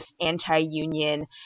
anti-union